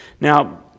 Now